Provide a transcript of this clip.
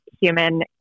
human